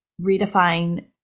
redefine